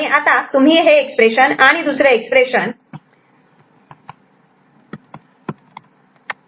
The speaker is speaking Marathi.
आणि आता तुम्ही हे एक्सप्रेशन आणि दुसरे expression Fx1 x2 x3 xN x1'